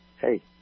hey